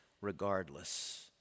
regardless